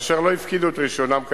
ואשר לא הפקידו את רשיונם כנדרש.